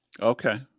okay